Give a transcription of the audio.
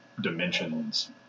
dimensions